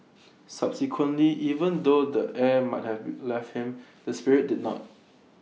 subsequently even though the air might have be left him the spirit did not